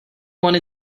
one